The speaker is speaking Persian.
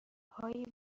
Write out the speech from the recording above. های